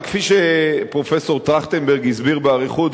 וכפי שפרופסור טרכטנברג הסביר באריכות,